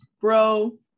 bro